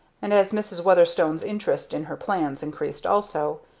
and as mrs. weatherstone's interest in her plans increased also,